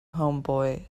homeboy